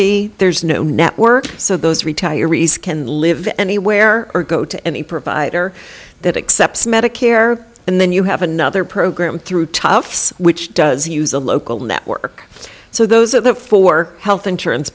b there's no network so those retirees can live anywhere or go to any provider that accepts medicare and then you have another program through toughs which does use a local network so those are the four health insurance